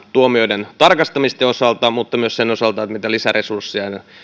tuomioiden tarkastamisen osalta mutta myös sen osalta mitä lisäresursseja